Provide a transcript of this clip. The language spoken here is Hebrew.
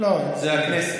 מי רצה?